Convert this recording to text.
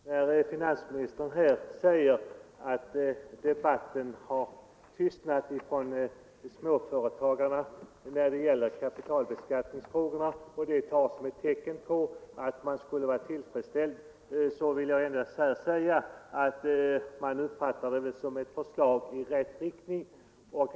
Fru talman! När finansministern säger att debatten har tystnat bland småföretagarna då det gäller kapitalbeskattningsfrågorna, och detta tas som ett tecken på att man skulle vara tillfredsställd, vill jag endast här säga att man uppfattar propositionen som ett förslag i rätt riktning.